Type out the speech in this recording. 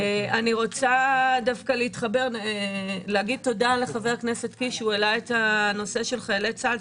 אני רוצה להגיד תודה לחבר הכנסת קיש שהעלה את נושא של חיילי צה"ל,